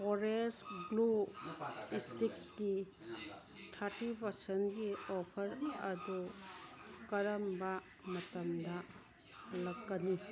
Kores glue ꯏꯁꯇꯤꯛꯀꯤ ꯊꯥꯔꯇꯤ ꯄꯥꯔꯁꯦꯟꯒꯤ ꯑꯣꯐꯔ ꯑꯗꯨ ꯀꯔꯝꯕ ꯃꯇꯝꯗ ꯍꯜꯂꯛꯀꯅꯤ